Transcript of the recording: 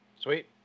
Sweet